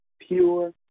pure